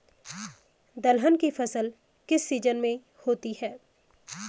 दलहन की फसल किस सीजन में होती है?